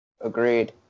Agreed